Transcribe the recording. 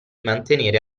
mantenere